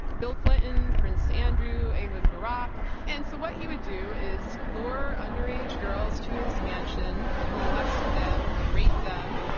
ah bill clinton, prince andrew, ehud barak. and so, what he would do is lure underage girls to his mansion, molest them, rape them,